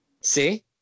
See